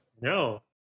No